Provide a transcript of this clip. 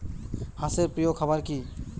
হাঁস এর প্রিয় খাবার কি?